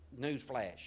Newsflash